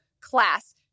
class